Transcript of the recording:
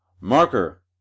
Marker